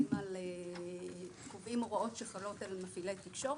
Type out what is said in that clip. שקובעים הוראות שחלות על מפעילי תקשורת,